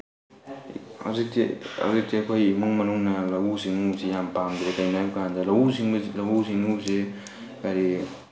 ꯍꯧꯖꯤꯛꯇꯤ ꯍꯧꯖꯤꯛꯇꯤ ꯑꯩꯈꯣꯏ ꯏꯃꯨꯡ ꯃꯅꯨꯡꯅ ꯂꯧꯎ ꯁꯤꯡꯎꯕꯁꯤ ꯌꯥꯝ ꯄꯥꯝꯗ꯭ꯔꯦ ꯀꯩꯒꯤꯅꯣ ꯍꯥꯏꯕ ꯀꯥꯟꯗ ꯂꯧꯎ ꯁꯤꯡꯎꯕꯁꯤ ꯀꯔꯤ